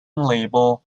label